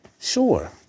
Sure